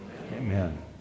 Amen